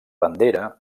bandera